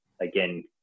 again